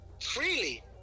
Freely